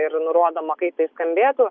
ir nurodoma kaip tai skambėtų